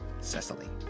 Cecily